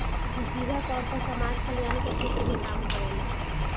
इ सीधा तौर पर समाज कल्याण के क्षेत्र में काम करेला